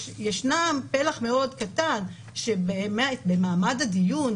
יש פלח מאוד קטן שבמעמד הדיון,